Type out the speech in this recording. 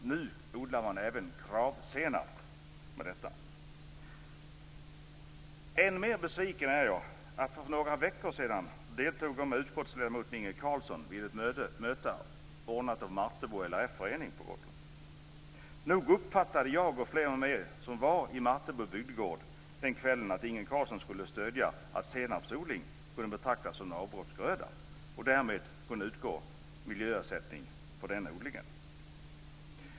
Nu odlar man alltså även Kravsenap på detta sätt. Än mer besviken är jag eftersom jag för några veckor sedan tillsammans med utskottsledamoten Inge Carlsson deltog vid ett möte anordnat av Martebo LRF-förening på Gotland. Nog uppfattade jag, och flera med mig som var i Martebo bygdegård den kvällen, att Inge Carlsson skulle stödja att senapsodling skulle betraktas som avbrottsgröda och att det därmed skulle kunna utgå miljöersättning för odlingen.